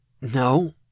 No